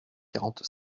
quarante